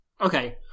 Okay